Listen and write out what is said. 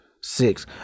six